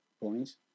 points